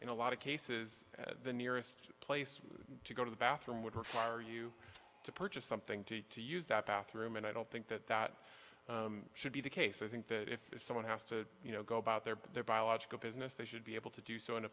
in a lot of cases the nearest place to go to the bathroom would require you to purchase something to eat to use that bathroom and i don't think that that should be the case i think that if someone has to you know go about their their biological business they should be able to do so in a